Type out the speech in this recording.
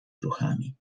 duchami